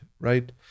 right